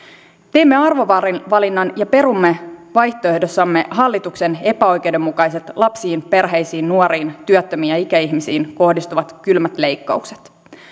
teimme arvovalinnan ja perumme vaihtoehdossamme hallituksen epäoikeudenmukaiset lapsiin perheisiin nuoriin työttömiin ja ikäihmisiin kohdistuvat kylmät leikkaukset